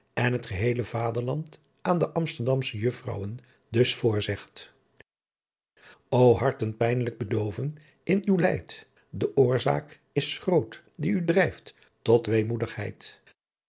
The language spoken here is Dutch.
en het geheele vaderland aan de amsterllandsche juffrouwen dus voorzegt o harten pijnelijk bedooven in uw leidt d'oorzaak is groot die u drijft tot